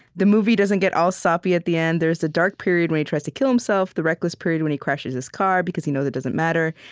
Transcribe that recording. the movie doesn't get all soppy at the end. there is the dark period when he tries to kill himself, the reckless period when he crashes his car because he knows it doesn't matter,